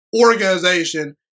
organization